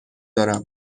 دارم